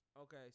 Okay